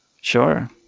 Sure